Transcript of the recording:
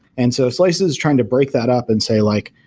and so slices is trying to break that up and say like,